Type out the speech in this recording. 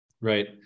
Right